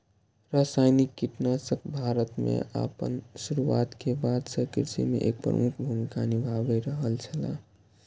रासायनिक कीटनाशक भारत में आपन शुरुआत के बाद से कृषि में एक प्रमुख भूमिका निभाय रहल छला